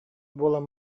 буолан